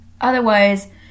Otherwise